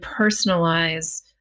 personalize